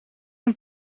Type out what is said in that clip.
een